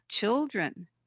children